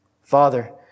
Father